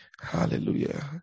hallelujah